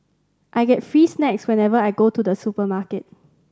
I get free snacks whenever I go to the supermarket